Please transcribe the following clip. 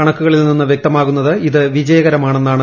കണക്കുകളിൽ നിന്ന് വ്യക്തമാകുന്നത് ഇത് വിജയകരമാണെന്നാണ്